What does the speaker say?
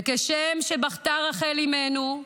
וכשם שבכתה רחל אימנו,